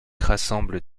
rassemble